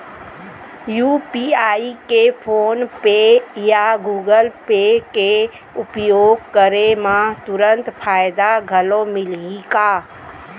UPI के PhonePe या Google Pay के उपयोग करे म तुरंत फायदा घलो मिलही का?